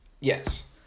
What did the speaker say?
Yes